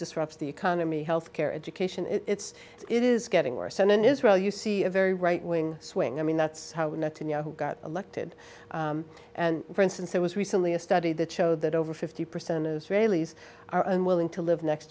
disrupts the economy health care education it's it is getting worse and in israel you see a very right wing swing i mean that's how the netanyahu got elected and for instance there was recently a study that showed that over fifty percent israelis are unwilling to live next